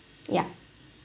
ya